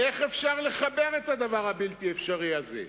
איך אפשר לחבר את הדבר הבלתי-אפשרי הזה?